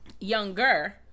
younger